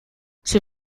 sie